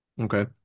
Okay